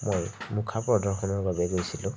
মই মুখাৰ প্ৰদৰ্শনৰ বাবে গৈছিলোঁ